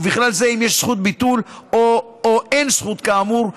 ובכלל זה אם יש זכות ביטול או אין זכות כאמור,